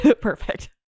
perfect